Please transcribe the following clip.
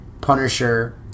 Punisher